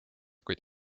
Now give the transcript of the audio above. kuid